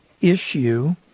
issue